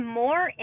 more